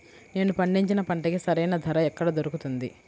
నేను పండించిన పంటకి సరైన ధర ఎక్కడ దొరుకుతుంది?